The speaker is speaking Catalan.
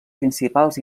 principals